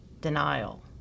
denial